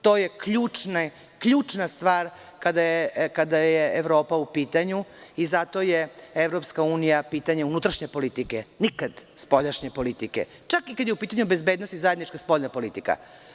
To je ključna stvar kada je Evropa u pitanju i zato je EU pitanje unutrašnje politike, a nikada spoljašnje politike, čak i kada je u pitanju bezbednost i zajednička spoljna politika.